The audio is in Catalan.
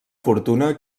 fortuna